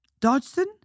Dodson